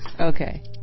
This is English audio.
Okay